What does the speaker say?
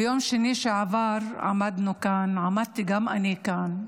ביום שני שעבר עמדנו כאן, עמדתי גם אני כאן,